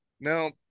Now